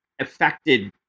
affected